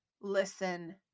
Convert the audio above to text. listen